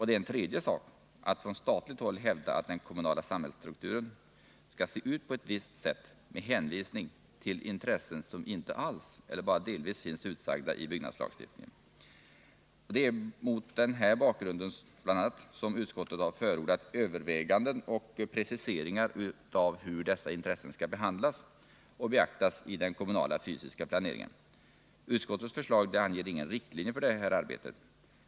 Det är en tredje sak att från statligt håll hävda att den kommunala samhällsstrukturen skall se ut på ett visst sätt med hänvisning till intressen som inte alls eller bara delvis finns utsagda i byggnadslagstiftningen. Det är bl.a. mot den bakgrunden som utskottet förordat överväganden och preciseringar av hur dessa intressen skall behandlas och beaktas i den kommunala fysiska planeringen. Utskottets förslag anger ingen riktlinje för detta arbete.